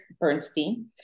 Bernstein